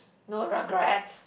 no regrets